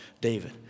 David